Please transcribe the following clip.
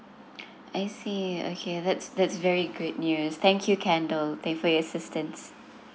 I see okay that's that's very great news thank you kendall thanks for your assistance